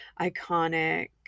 iconic